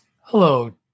hello